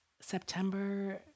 September